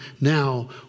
now